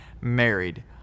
married